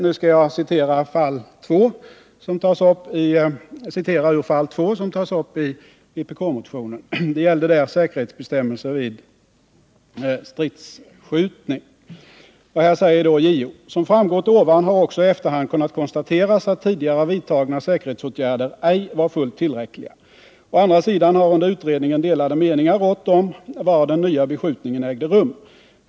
Nu skall jag citera ur fall 2 som tas upp i vpk-motionen. Det gäller säkerhetsbestämmelser vid stridsskjutning. Här säger JO: ”Som framgått ovan har också i efterhand kunnat konstateras att tidigare vidtagna säkerhetsåtgärder ej var fullt tillräckliga. Å andra sidan har under utredningen delade meningar rått om var den nya beskjutningen ägde rum.